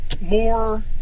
More